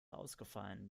ausgefallen